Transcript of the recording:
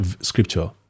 scripture